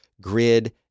grid